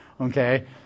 okay